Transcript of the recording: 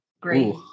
Great